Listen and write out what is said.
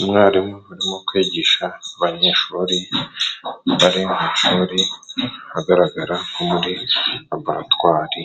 Umwarimu urimo kwigisha abanyeshuri，bari mu mashuri agaragara nko muri raboratwari，